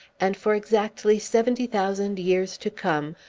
and for exactly seventy thousand years to come,